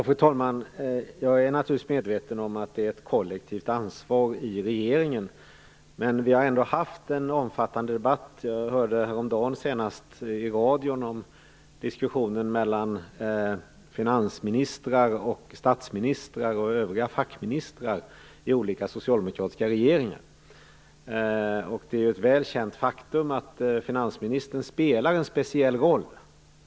Fru talman! Jag är naturligtvis medveten om att regeringen har ett kollektivt ansvar. Men vi har ändå haft en omfattande debatt. Jag hörde senast häromdagen i radio en diskussion mellan finansministrar, statsministrar och övriga fackministrar i olika socialdemokratiska regeringar. Det är ju ett välkänt faktum att finansministern spelar en speciell roll.